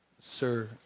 sir